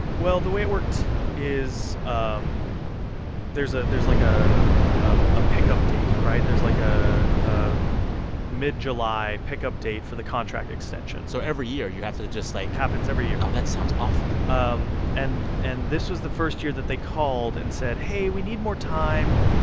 well, the way it worked is um there's a there's, like, a a pickup date, right? there's, like, a a mid-july pickup date for the contract extension so every year you have to to just, like. happens every year oh, that sounds awful um and and this was the first year that they called and said, hey, we need more time.